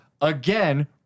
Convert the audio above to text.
again